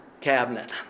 cabinet